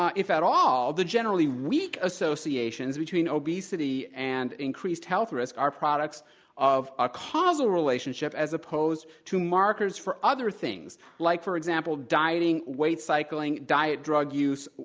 um if at all, the generally weak associations between obesity and increased health risk are products of a causal relationship as opposed to markers for other things like, for example, dieting, weight cycling, diet drug use,